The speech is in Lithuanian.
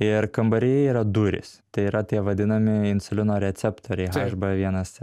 ir kambaryje yra durys tai yra tie vadinami insulino receptoriai haš bė vienas cė